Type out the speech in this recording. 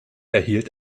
erhielt